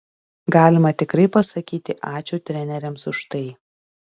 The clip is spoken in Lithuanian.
galima tikrai pasakyti ačiū treneriams už tai